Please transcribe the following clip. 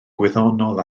gwyddonol